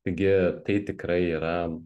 taigi tai tikrai yra